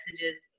messages